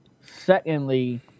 Secondly